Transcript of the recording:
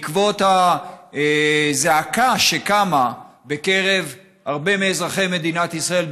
בעקבות הזעקה שקמה בקרב הרבה מאזרחי מדינת ישראל,